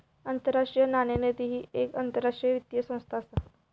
आंतरराष्ट्रीय नाणेनिधी ही येक आंतरराष्ट्रीय वित्तीय संस्था असा